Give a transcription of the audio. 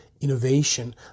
innovation